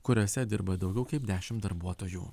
kuriose dirba daugiau kaip dešim darbuotojų